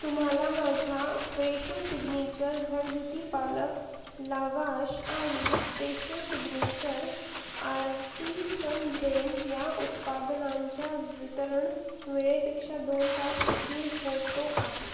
तुम्हाला माझ्या Fresho signature घरगुती पालक लावाश आणि फ्रेशो सिग्नेचर आर्टिसन ब्रेंड या उत्पादनांच्या वितरण वेळेपेक्षा दोन तास उशीर होतो आहे